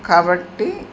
కాబట్టి